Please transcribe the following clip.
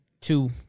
two